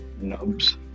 nubs